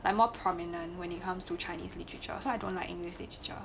like more prominent when it comes to chinese literature so I don't like english literature